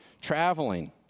traveling